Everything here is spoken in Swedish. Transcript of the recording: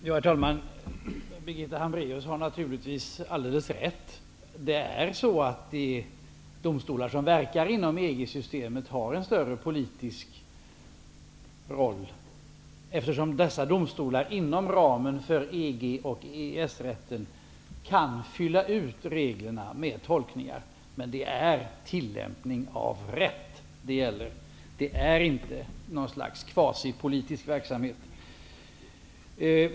Herr talman! Birgitta Hambraeus har naturligtvis alldeles rätt. De domstolar som verkar inom EG systemet har en större politisk roll, eftersom dessa domstolar inom ramen för EG och EES-rätten kan fylla ut reglerna med tolkningar. Men det är tillämpning av rätt det gäller. Det är inte något slags kvasipolitisk verksamhet.